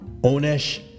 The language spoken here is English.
Onesh